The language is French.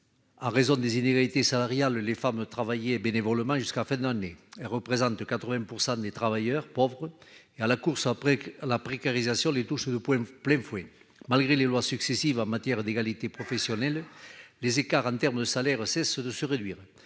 En raison des inégalités salariales, les femmes travailler bénévolement jusqu'à fin l'année elles représentent 80 % des travailleurs pauvres et à la course après que la précarisation, les touches de points plein fouet malgré les lois successives en matière d'égalité professionnelle, les écarts en termes de salaire c'est ce de se réduire